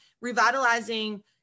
revitalizing